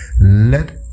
let